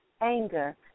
anger